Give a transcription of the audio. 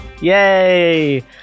yay